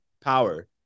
Power